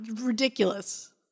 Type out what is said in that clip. Ridiculous